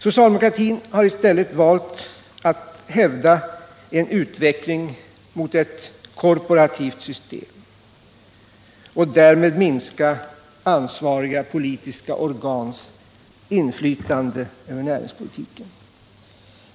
Socialdemokratin har i stället valt att hävda en utveckling mot ett korporativt system och därmed minska ansvariga politiska organs inflytande över näringspolitiken.